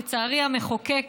לצערי, המחוקק